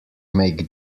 make